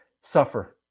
Suffer